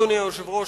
אדוני היושב-ראש,